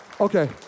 Okay